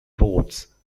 votes